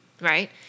right